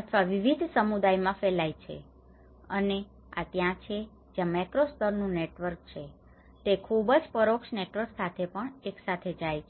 અથવા વિવિધ સમુદાયોમાં ફેલાય છે અને આ ત્યાં છે જ્યાં મેક્રો સ્તર નું નેટવર્ક છે તે ખુબજ પરોક્ષ નેટવર્ક સાથે પણ એક સાથે જાય છે